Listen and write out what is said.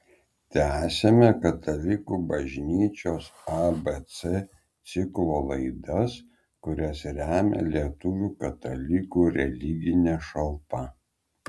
tęsiame katalikų bažnyčios abc ciklo laidas kurias remia lietuvių katalikų religinė šalpa